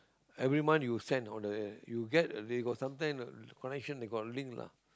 every month you send on the you get they got some time the connection they got link lah